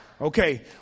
Okay